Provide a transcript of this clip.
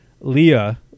Leah